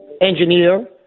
engineer